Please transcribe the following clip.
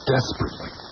Desperately